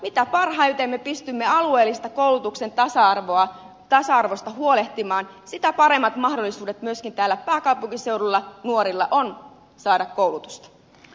mitä paremmin me pystymme alueellisesta koulutuksen tasa arvosta huolehtimaan sitä paremmat mahdollisuudet myöskin täällä pääkaupunkiseudulla nuorilla on saada koulutusta